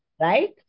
right